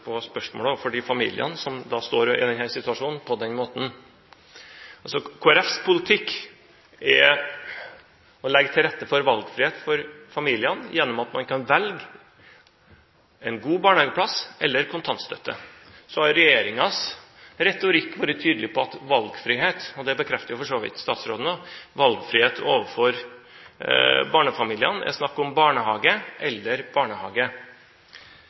på spørsmålet angående de familiene som er i denne situasjonen, på den måten. Kristelig Folkepartis politikk er å legge til rette for valgfrihet for familiene gjennom at man kan velge en plass i en god barnehage eller kontantstøtte. Så har regjeringen i sin retorikk vært tydelig på – det bekrefter for så vidt også statsråden – at når det gjelder valgfrihet for barnefamiliene, er det snakk om barnehage eller barnehage.